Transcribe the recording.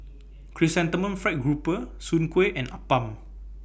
Chrysanthemum Fried Grouper Soon Kueh and Appam